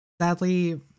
sadly